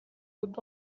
would